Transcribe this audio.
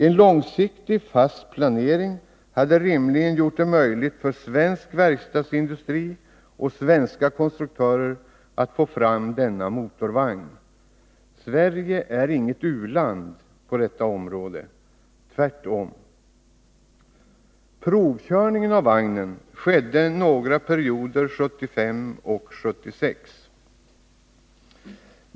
En långsiktig fast planering hade rimligen gjort det möjligt för svensk verkstadsindustri och svenska konstruktörer att få fram denna motorvagn. Sverige är inget u-land på detta område; tvärtom. Provkörningen av vagnen skedde några perioder 1975 och 1976.